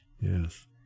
Yes